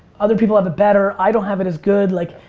other people have it better, i don't have it as good, like,